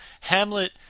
Hamlet